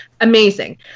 amazing